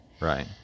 Right